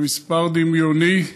זה מספר דמיוני.